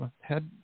head